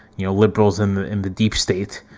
you know, liberals in the in the deep state.